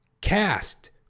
cast